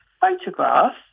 photographs